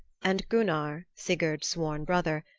and gunnar, sigurd's sworn brother,